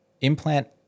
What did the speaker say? implant